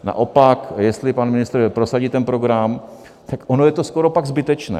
Naopak, jestli pan ministr prosadí ten program, tak ono je to skoro pak zbytečné.